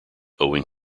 owing